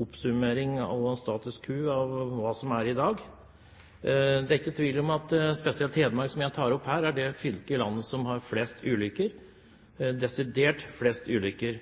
oppsummering av status quo – av hvordan ting er i dag. Det er ikke tvil om at spesielt Hedmark, som jeg tar opp her, er det fylket i landet som har flest ulykker – desidert flest ulykker.